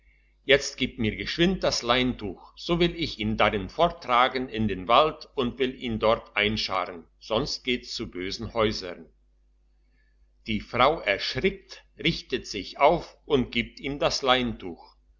jetzt gib mir geschwind das leintuch so will ich ihn darin forttragen in den wald und will ihn dort einscharren sonst geht's zu bösen häusern die frau erschrickt richtet sich auf und gibt ihm das leintuch